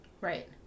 right